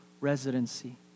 residency